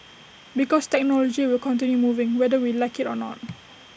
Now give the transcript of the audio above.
because technology will continue moving whether we like IT or not